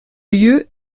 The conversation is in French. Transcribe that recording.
lieu